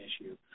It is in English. issue